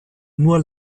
nur